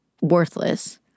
worthless